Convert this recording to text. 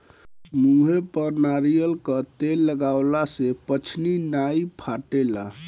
मुहे पर नारियल कअ तेल लगवला से पछ्नी नाइ फाटेला